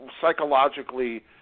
psychologically